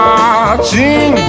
Watching